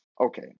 okay